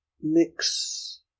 mix